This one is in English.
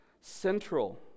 Central